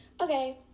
Okay